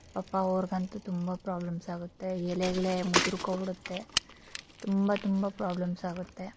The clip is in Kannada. ಪಾಪ ಅವರಿಗಂತು ತುಂಬ ಪ್ರಾಬ್ಲಮ್ಸ್ ಆಗುತ್ತೆ ಎಲೆ ಗಿಲೆ ಮುದುರ್ಕೊಂಬಿಡುತ್ತೆ ತುಂಬ ತುಂಬ ಪ್ರಾಬ್ಲಮ್ಸ್ ಆಗುತ್ತೆ